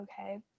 okay